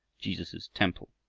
jesus' temple.